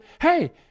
hey